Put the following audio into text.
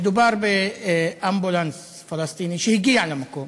מדובר באמבולנס פלסטיני שהגיע למקום